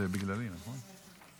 זה בגללי, נכון?